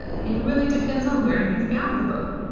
it it really depends on where you found the book.